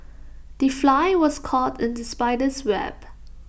the fly was caught in the spider's web